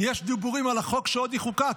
יש דיבורים על החוק שעוד יחוקק,